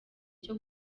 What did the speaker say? cyo